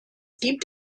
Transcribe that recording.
gibt